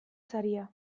saria